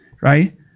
right